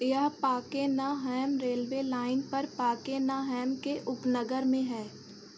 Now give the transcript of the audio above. यह Pakenham railway line पर Pakenham के उपनगर में है